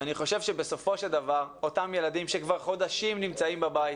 ואני חושב שבסופו של דבר אותם ילדים שכבר חודשים נמצאים בבית